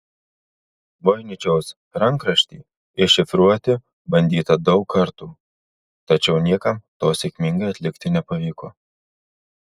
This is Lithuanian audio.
voiničiaus rankraštį iššifruoti bandyta daug kartų tačiau niekam to sėkmingai atlikti nepavyko